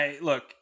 Look